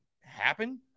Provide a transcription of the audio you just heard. happen